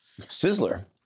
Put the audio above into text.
Sizzler